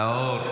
נאור,